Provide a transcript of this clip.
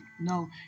no